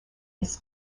his